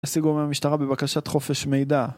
השיגו מהמשטרה בבקשת חופש מידע